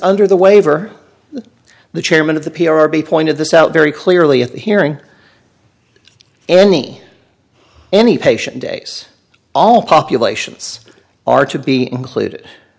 under the waiver the chairman of the p r b pointed this out very clearly at the hearing any any patient days all populations are to be included